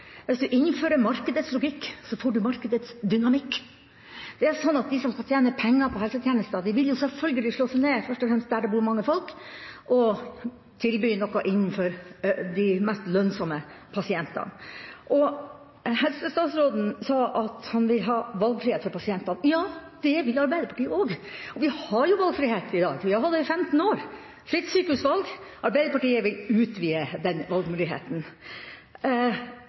Hvis du innfører markedets logikk, får du markedets dynamikk. Det er sånn at de som skal tjene penger på helsetjenester, selvfølgelig først og fremst vil slå seg ned der det bor mye folk og tilby noe innenfor der de har de mest lønnsomme pasientene. Helsestatsråden sa at han vil ha valgfrihet for pasientene. Ja, det vil Arbeiderpartiet også. Vi har jo valgfrihet i dag – vi har hatt det i 15 år – fritt sykehusvalg, og Arbeiderpartiet vil utvide denne valgmuligheten.